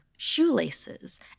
shoelaces